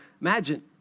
imagine